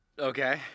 Okay